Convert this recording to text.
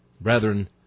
Brethren